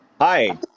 Hi